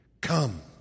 Come